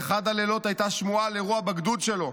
באחד הלילות הייתה שמועה על אירוע בגדוד שלו.